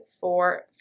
four